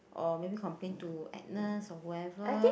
or maybe complain to Agnes or whoever